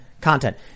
content